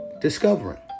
discovering